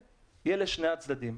הכסף?